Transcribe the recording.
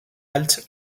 alt